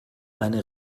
meine